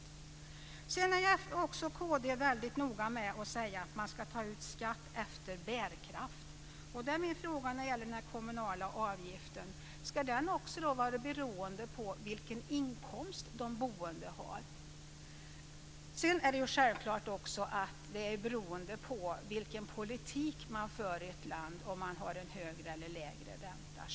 Kristdemokraterna är också väldigt noga med att säga att skatt tas ut efter bärkraft. Min fråga är: Ska den kommunala avgiften också vara beroende av vilken inkomst de boende har? Det är självklart att om man har en högre eller lägre ränta beror på vilken politik man för i ett land.